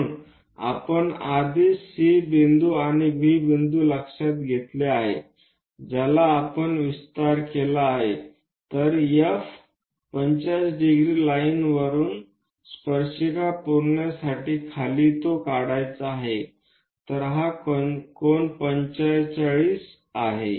म्हणूनच आपण आधीच C बिंदू आणि V बिंदू लक्षात घेतला आहे ज्याचा आपण विस्तार केला आहे तर F 45 ° रेषा वरुन स्पर्शिका पूर्ण करण्यासाठी खाली तो काढायचा आहे तर हा कोन 45° आहे